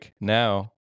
now